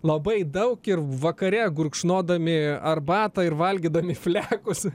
labai daug ir vakare gurkšnodami arbatą ir valgydami flekus